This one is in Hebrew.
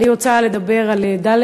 אני רוצה לדבר על ד',